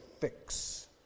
fix